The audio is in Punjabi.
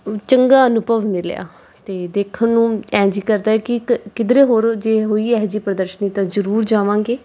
ਚੰਗਾ ਅਨੁਭਵ ਮਿਲਿਆ ਅਤੇ ਦੇਖਣ ਨੂੰ ਐਂ ਜੀਅ ਕਰਦਾ ਕਿ ਕਿਧਰੇ ਹੋਰ ਜੇ ਹੋਈ ਇਹੋ ਜਿਹੀ ਪ੍ਰਦਰਸ਼ਨੀ ਤਾਂ ਜ਼ਰੂਰ ਜਾਵਾਂਗੇ